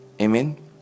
amen